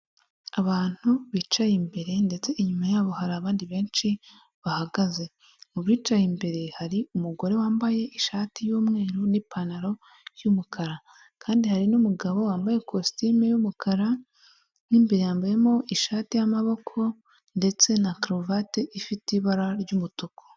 Abantu bicaye imbere ndetse inyuma yabo hari abandi benshi bahagaze, mu bicaye imbere hari umugore wambaye ishati y'umweru n'ipantaro y'umukara kandi hari n'umugabo wambaye kositime y'umukara mo imbere yambayemo ishati y'amaboko ndetse na karuvati ifite ibara ry'umutuku.